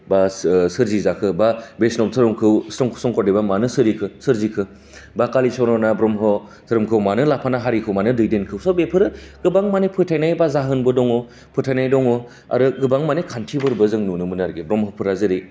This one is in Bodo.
बा सोरजि जाखो बा बैष्णब धोरोमखौ शंकरदेबा मानो सोरजिखो सोरजिखो बा कालिचरना ब्रह्म धोरोमखौ मानो लाफाना मानो हारिखौ दैदैनखो सब बेफोर गोबां मानि फोथायनाय बा जोहोनबो दं फोथायनाय दं आरो गोबां माने खान्थिफोरखौ जों नुनोमोन आरोखि ब्र्ह्मफोरा जेरै